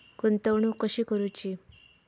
गुंतवणूक कशी करूची?